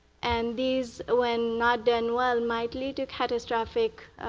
and these, when not done well, might lead to catastrophic